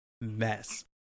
mess